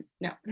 No